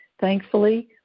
thankfully